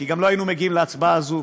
כי באמת לא היינו מגיעים להצבעה הזאת